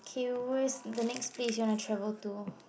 Q_S the next place you wanna travel to